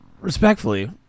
respectfully